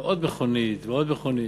ועוד מכונית ועוד מכונית.